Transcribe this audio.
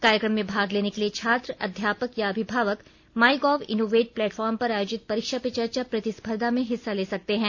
कार्यक्रम में भाग लेने के लिए छात्र अध्यापक या अभिभावक माई गोव इनोवेट प्लेटफार्म पर आयोजित परीक्षा पे चर्चा प्रतिस्पर्धा में हिस्सा ले सकते हैं